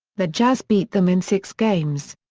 the jazz beat them in six games.